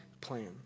plan